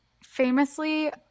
Famously